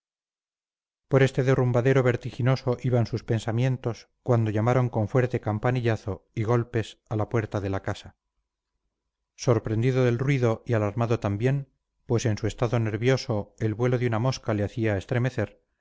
por este derrumbadero vertiginoso iban sus pensamientos cuando llamaron con fuerte campanillazo y golpes a la puerta de la casa sorprendido del ruido y alarmado también pues en su estado nervioso el vuelo de una mosca le hacía estremecer